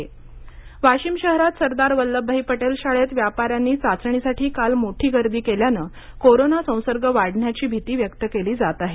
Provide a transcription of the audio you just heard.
वाशिम गर्दी वाशिम शहरात सरदार वल्लभभाई पटेल शाळेत व्यापाऱ्यांनी चाचणीसाठी काल मोठी गर्दी केल्यानं कोरोना संसर्ग वाढण्याची भीती व्यक्त केली जात आहे